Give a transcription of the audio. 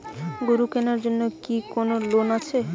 গরু কেনার জন্য কি কোন লোন আছে?